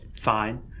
fine